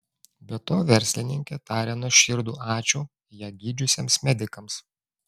be to verslininkė taria nuoširdų ačiū ją gydžiusiems medikams